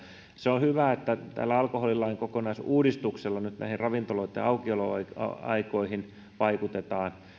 se on hyvä että tällä alkoholilain kokonaisuudistuksella vaikutetaan nyt ravintoloitten aukioloaikoihin